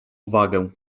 uwagę